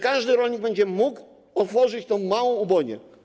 Każdy rolnik będzie mógł otworzyć małą ubojnię.